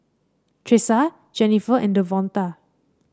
Tressa Jenifer and Davonta